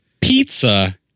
pizza